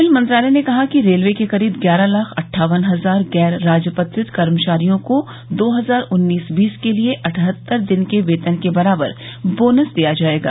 rail मंत्रालय ने कहा है कि रेलवे के करीब ग्यारह लाख अट्ठावन हजार गैर राजपत्रित कर्मचारियों को दो हजार उन्नीस बीस के लिए अट्ठहत्तर दिन के वेतन के बराबर बोनस दिया जाएगा